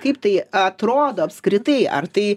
kaip tai atrodo apskritai ar tai